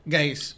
Guys